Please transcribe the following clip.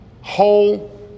whole